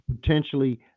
potentially